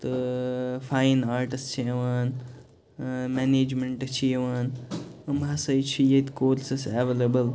تہٕ fine arts چھِ یِوان منٛیجمنٛٹ چھِ یِوان یِم ہسا چھِ ییٚتہِ کورسِز ایٚویلبٕل